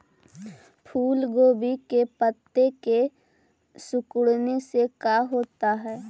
फूल गोभी के पत्ते के सिकुड़ने से का होता है?